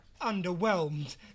underwhelmed